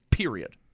Period